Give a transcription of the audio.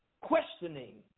questioning